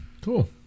cool